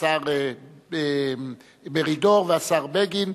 השר מרידור והשר בגין,